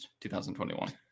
2021